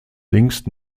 links